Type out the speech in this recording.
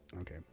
Okay